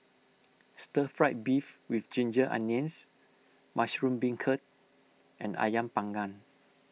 Stir Fried Beef with Ginger Onions Mushroom Beancurd and Ayam Panggang